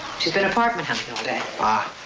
she's been apartment hunting all day. ah.